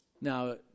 Now